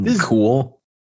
Cool